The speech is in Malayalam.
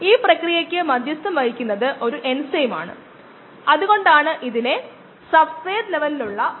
DNAയുടെ അളവ് മൊത്തം നൈട്രജന്റെ അളവ് പ്രോട്ടീന്റെ അളവ് കോശങ്ങളിലെ അമിനോ ആസിഡിന്റെ അളവ് എന്നിവ കണക്കാക്കാം